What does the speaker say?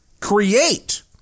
create